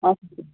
हजुर